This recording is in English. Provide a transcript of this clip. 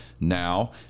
now